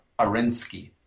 Arensky